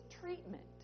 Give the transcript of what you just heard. treatment